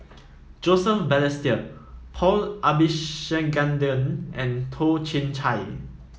Joseph Balestier Paul Abisheganaden and Toh Chin Chye